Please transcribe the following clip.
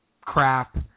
crap